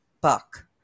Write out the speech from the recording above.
buck